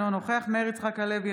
אינו נוכח מאיר יצחק הלוי,